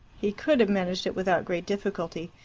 he could have managed it without great difficulty,